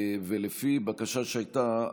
ולפי בקשה שהייתה,